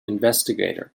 investigator